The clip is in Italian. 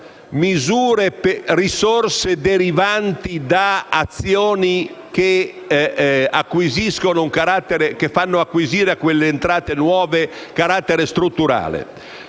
risorse derivanti da azioni che fanno acquisire a quelle entrate nuove carattere strutturale